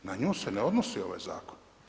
Na nju se ne odnosi ovaj zakon.